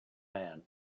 mann